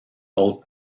hautes